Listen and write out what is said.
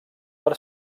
per